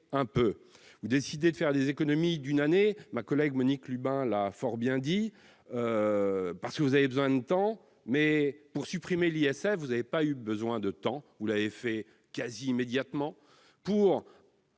question. Vous décidez de faire l'économie d'une année, comme ma collègue Monique Lubin l'a fort bien dit, parce que vous avez besoin de temps. En revanche, pour supprimer l'ISF, vous n'avez pas eu besoin de temps, puisque vous l'avez fait quasi immédiatement !